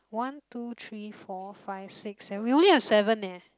one two three four five six seven we only have seven eh